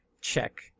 check